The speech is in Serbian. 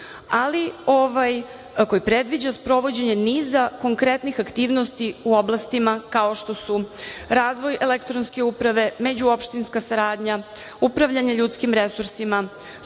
koji predviđa sprovođenje niza konkretnih aktivnosti u oblastima kao što su razvoj elektronske uprave, međuopštinska saradnja, upravljanje ljudskim resursima,